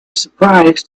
surprise